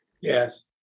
Yes